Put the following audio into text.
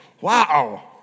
wow